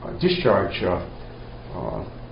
discharge